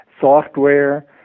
software